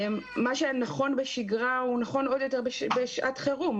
שנכון בשגרה הוא נכון עוד יותר בשעת חירום.